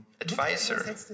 advisor